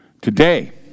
today